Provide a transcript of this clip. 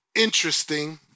interesting